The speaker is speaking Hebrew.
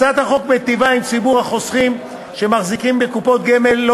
הצעת החוק מיטיבה עם ציבור החוסכים שמחזיקים בקופות גמל לא